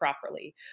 properly